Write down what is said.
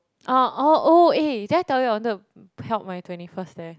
uh eh oh eh did I tell you I wanted to held my twenty first there